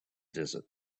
desert